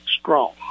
strong